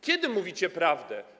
Kiedy mówicie prawdę?